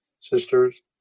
Sisters